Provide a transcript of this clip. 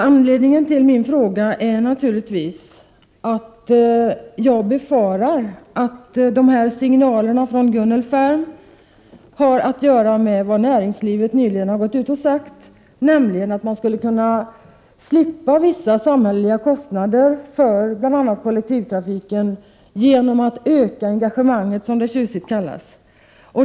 Anledningen till min fråga är naturligtvis att jag befarar att signalerna från Gunnel Färm har att göra med vad som nyligen sagts från näringslivets håll, nämligen att man skulle kunna slippa vissa samhälleliga kostnader för bl.a. kollektivtrafiken genom att öka engagemanget, som det tjusigt heter.